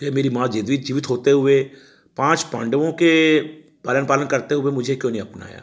के मेरी माँ जिद्वित जीवित होते हुए पाँच पांडवों के भरण पालन करते हुए मुझे क्यों नहीं अपनाया